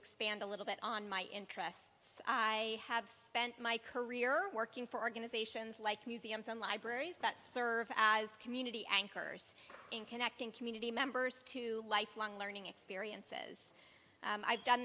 expand a little bit on my interests i have spent my career working for organizations like museums and libraries that serve as community anchors in connecting community members to lifelong learning experiences i've done